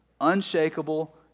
unshakable